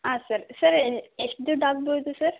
ಹಾಂ sir sir ಎಷ್ಟು ದುಡ್ಡಾಗ್ಬೋದು ಸರ್